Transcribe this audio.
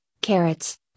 carrots